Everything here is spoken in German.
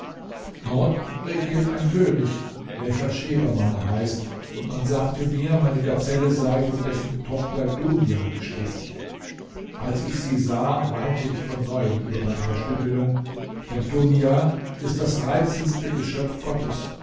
dort regiert ein könig welcher scheberman heißt und man sagte mir meine gazelle sei von dessen tochter dunia gestickt als ich sie sah weinte ich von neuem über meine verstümmelung denn dunia ist das reizendste geschöpf gottes